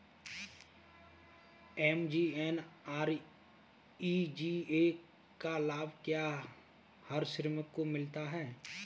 MGNREGA का लाभ क्या हर श्रमिक को मिलता है?